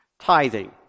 Tithing